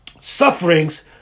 sufferings